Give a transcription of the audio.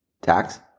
tax